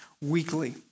weekly